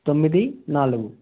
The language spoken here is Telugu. తొమ్మిది నాలుగు